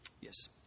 Yes